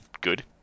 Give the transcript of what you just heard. good